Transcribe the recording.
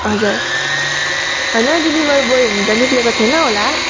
हजुर होइन delivery boy हुन त निस्केको थिएन होला